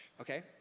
okay